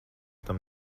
tam